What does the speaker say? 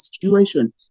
situation